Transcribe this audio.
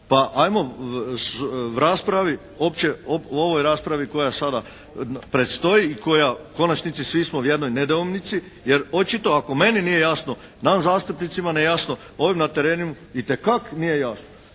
u ovoj raspravi koja sada predstoji i koja u konačnici svi smo u jednoj nedoumici, jer očito ako meni nije jasno, nama zastupnicima nije jasno, ovim na terenu itekak nije jasno.